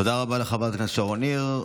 תודה רבה לחברת הכנסת שרון ניר.